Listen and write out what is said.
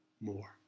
more